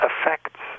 affects